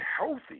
healthy